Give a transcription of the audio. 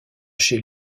chez